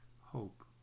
hope